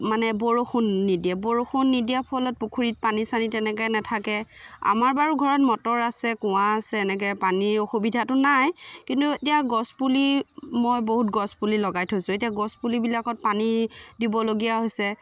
মানে বৰষুণ নিদিয়ে বৰষুণ নিদিয়াৰ ফলত পুখুৰীত পানী চানী তেনেকৈ নাথাকে আমাৰ বাৰু ঘৰত মটৰ আছে কুঁৱা আছে এনেকৈ পানীৰ অসুবিধাতো নাই কিন্তু এতিয়া গছপুলি মই বহুত গছপুলি লগাই থৈছোঁ এতিয়া গছপুলিবিলাকত পানী দিবলগীয়া হৈছে